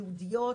ייעודיות,